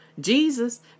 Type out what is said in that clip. Jesus